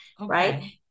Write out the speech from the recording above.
right